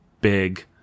big